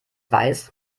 weiß